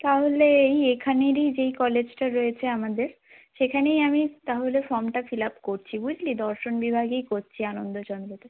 তাহলে এই এখানেরই যেই কলেজটা রয়েছে আমাদের সেখানেই আমি তাহলে ফর্মটা ফিল আপ করছি বুঝলি দর্শন বিভাগেই করছি আনন্দচন্দ্রতে